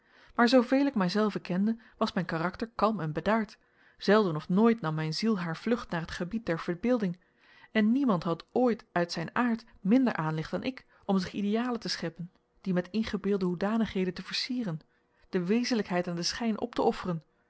maar zooveel ik mijzelven kende was mijn karakter kalm en bedaard zelden of nooit nam mijn ziel haar vlucht naar het gebied der verbeelding en niemand had ooit uit zijn aard minder aanleg dan ik om zich idealen te scheppen die met ingebeelde hoedanigheden te versieren de wezenlijkheid aan den schijn op te offeren